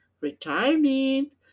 Retirement